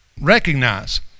recognize